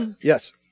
Yes